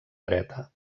dreta